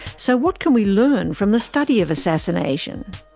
so what can we learn from the study of assassination?